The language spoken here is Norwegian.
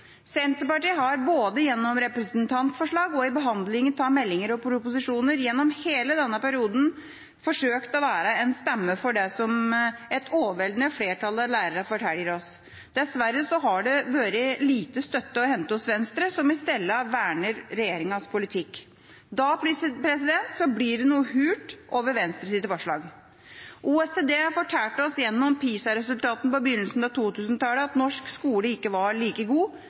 Senterpartiet har både gjennom representantforslag og i behandlingen av meldinger og proposisjoner gjennom hele denne perioden forsøkt å være en stemme for det som et overveldende flertall av lærerne forteller oss. Dessverre har det vært lite støtte å hente hos Venstre, som isteden verner regjeringas politikk. Da blir det noe hult over Venstres forslag. OECD fortalte oss gjennom PISA-resultatene på begynnelsen av 2000-tallet at norsk skole ikke var like god,